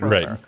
Right